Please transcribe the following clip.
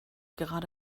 gerade